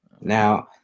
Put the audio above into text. Now